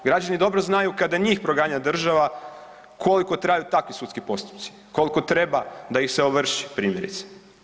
Građani dobro znaju kada njih proganja država koliko traju takvi sudski postupci, koliko treba da ih se ovrši, primjerice.